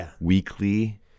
weekly